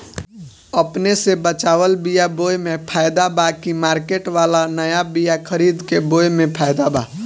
अपने से बचवाल बीया बोये मे फायदा बा की मार्केट वाला नया बीया खरीद के बोये मे फायदा बा?